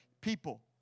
people